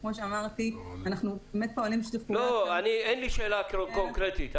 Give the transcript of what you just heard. שכמו שאמרתי אנחנו באמת פועלים --- אין לי שאלה קונקרטית.